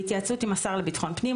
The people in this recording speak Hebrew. בהתייעצות עם השר לביטחון הפנים,